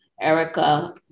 Erica